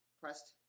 pressed